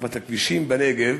תנופת הכבישים בנגב,